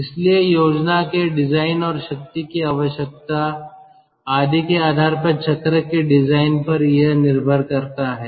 इसलिए योजना के डिजाइन और शक्ति की आवश्यकता आदि के आधार पर चक्र के डिजाइन पर यह निर्भर करता है